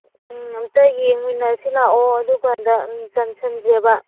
ꯑꯝꯛꯇ ꯌꯦꯡꯃꯤꯟꯅꯁꯦ ꯂꯥꯛꯑꯣ ꯑꯗꯨꯒ ꯆꯟꯁꯟꯁꯦꯕ